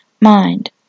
mind